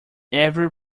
every